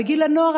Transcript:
בגיל הנוער,